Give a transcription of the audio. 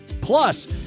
Plus